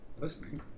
listening